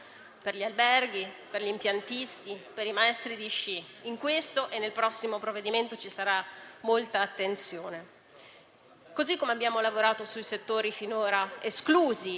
Per gli alberghi, per gli impiantisti, per i maestri di sci in questo e nel prossimo provvedimento ci sarà molta attenzione. Abbiamo lavorato sui settori finora esclusi